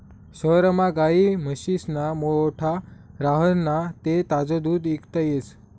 शहरमा गायी म्हशीस्ना गोठा राह्यना ते ताजं दूध इकता येस